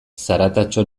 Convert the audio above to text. zaratatxo